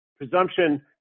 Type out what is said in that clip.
presumption